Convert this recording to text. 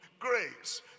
grace